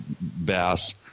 BASS